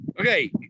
Okay